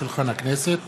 חבר הכנסת לשעבר,